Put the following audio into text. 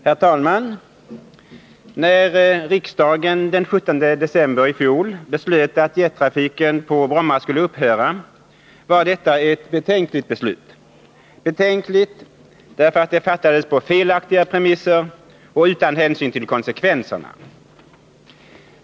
Herr talman! När riksdagen den 17 december i fjol beslöt att jettrafiken på Bromma skulle upphöra var detta ett betänkligt beslut — betänkligt därför att det fattades på felaktiga premisser och utan hänsyn till konsekvenserna.